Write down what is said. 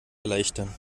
erleichtern